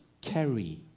carry